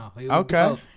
Okay